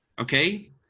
Okay